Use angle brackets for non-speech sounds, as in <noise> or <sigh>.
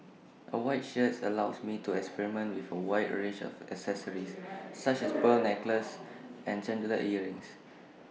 A white shirt allows me to experiment with A wide range of accessories <noise> such as pearl necklaces and chandelier earrings